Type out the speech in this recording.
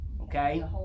Okay